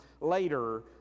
later